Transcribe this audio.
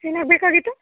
ಏನಾಗಬೇಕಾಗಿತ್ತು